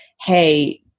hey